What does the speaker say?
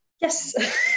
Yes